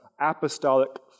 apostolic